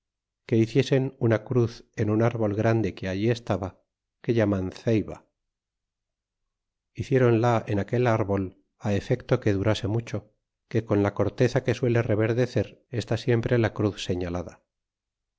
que hiciesen una cruz en un árbol grande que allí estaba que llaman ceiba é hiciéronla en aquel árbol efecto que durase mucho que con la corteza que suele reverdecer está siempre la cruz señalada